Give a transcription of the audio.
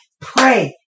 Pray